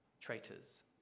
traitors